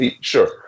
Sure